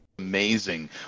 Amazing